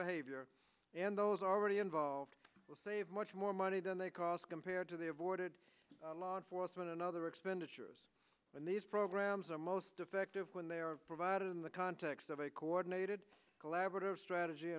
behavior and those already involved will save much more money than they cost compared to the avoided law enforcement and other expenditures and these programs are most effective when they are provided in the context of a coordinated collaborative strategy